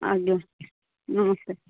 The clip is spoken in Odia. ଆଜ୍ଞା ନମସ୍କାର